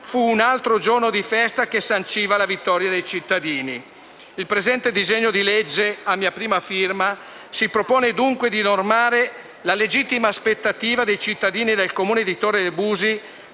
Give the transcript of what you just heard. fu un altro giorno di festa che sanciva la vittoria dei cittadini. Il presente disegno di legge, a mia prima firma, si propone dunque di normare la legittima aspettativa dei cittadini del comune di Torre de'